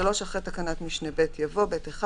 (3) אחרי תקנת משנה (ב) יבוא: "(ב1)